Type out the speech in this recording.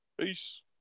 Peace